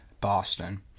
Boston